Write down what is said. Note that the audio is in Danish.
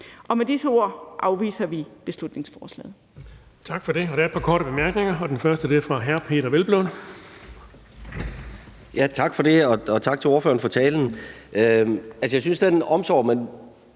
Med disse ord afviser vi beslutningsforslaget.